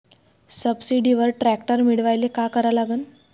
सबसिडीवर ट्रॅक्टर मिळवायले का करा लागन?